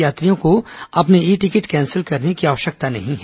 यात्रियों को अपने ई टिकट कैंसिल करने की आवश्यकता नहीं है